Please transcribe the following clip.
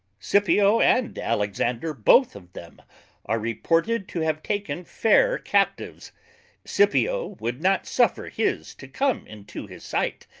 scipio and alexander both of them are reported to have taken fair captives scipio would not suffer his to come into his sight,